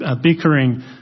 bickering